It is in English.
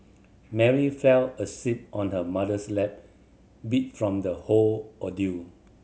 Mary fell asleep on her mother's lap beat from the whole ordeal